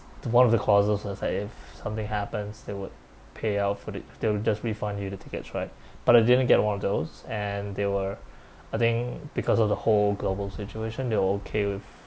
the one with the clauses that said if something happens they would payout for it they'll just refund you the tickets right but I didn't get one of those and they were I think because of the whole global situation they were okay with